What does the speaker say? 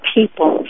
people